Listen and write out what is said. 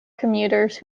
commuters